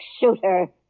Shooter